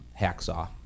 hacksaw